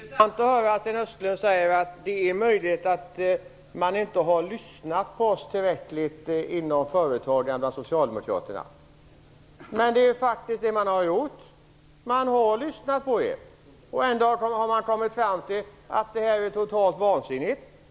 Fru talman! Det är intressant att höra Sten Östlund säga att det är möjligt att företagarna inte har lyssnat tillräckligt på socialdemokraterna. Men det faktiskt det som man har gjort, och man har ändå kommit fram till att era förslag är totalt vansinniga.